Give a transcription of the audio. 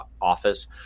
office